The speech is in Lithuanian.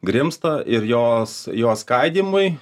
grimzta ir jos jo skaidymui